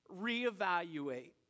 reevaluate